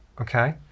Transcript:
okay